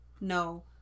No